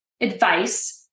advice